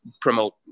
promote